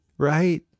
Right